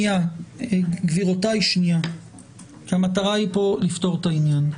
המטרה כאן היא לפתור את העניין.